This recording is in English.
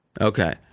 Okay